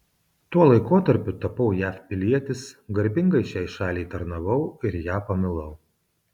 tuo laikotarpiu tapau jav pilietis garbingai šiai šaliai tarnavau ir ją pamilau